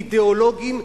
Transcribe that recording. אידיאולוגיים,